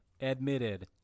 Admitted